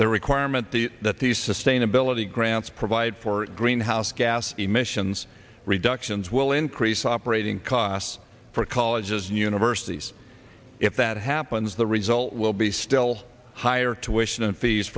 the requirement the that the sustainability grants provide for greenhouse gas emissions reductions will increase operating costs for colleges and universities if that happens the result will be still higher tuition